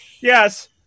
Yes